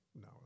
No